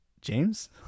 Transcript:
James